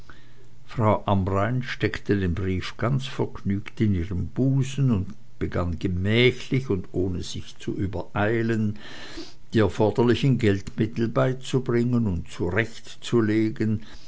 frau amrain steckte den brief ganz vergnügt in ihren busen und begann gemächlich und ohne sich zu übereilen die erforderlichen geldmittel beizubringen und zurechtzulegen